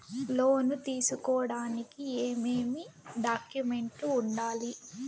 లోను తీసుకోడానికి ఏమేమి డాక్యుమెంట్లు ఉండాలి